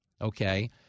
okay